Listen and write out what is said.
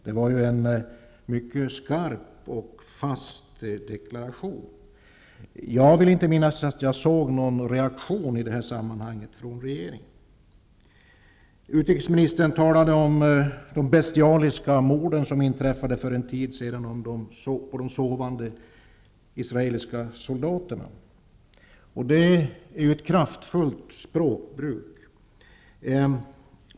Det var en mycket skarp och fast deklaration. Jag kan inte minnas att jag i detta sammanhang såg någon reaktion från regeringen. Utrikesministern talade om de bestialiska mord på sovande israeliska soldater som inträffade för en tid sedan, och hon använde då ett kraftfullt språkbruk.